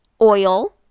oil